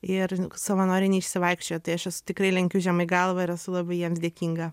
ir savanoriai neišsivaikščiojo tai aš esu tikrai lenkiu žemai galvą ir esu labai jiems dėkinga